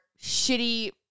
shitty